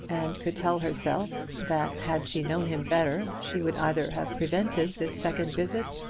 and could tell herself that had she known him better she would either have prevented this second visit,